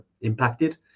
impacted